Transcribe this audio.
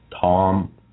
Tom